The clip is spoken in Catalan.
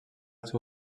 seu